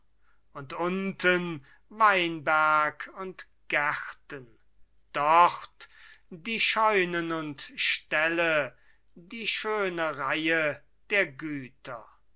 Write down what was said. und unten weinberg und gärten dort die scheunen und ställe die schöne reihe der güter